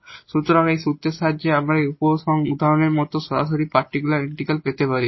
সুতরাং সুতরাং এই সূত্রের সাহায্যে আমরা এই উদাহরণের মতো সরাসরি পার্টিকুলার ইন্টিগ্রাল পেতে পারি